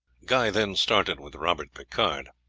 guy then started with robert picard.